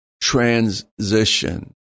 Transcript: transition